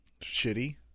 Shitty